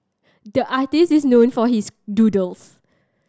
the artist is known for his doodles